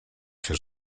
się